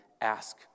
ask